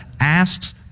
asks